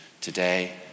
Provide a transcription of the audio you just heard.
Today